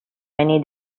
many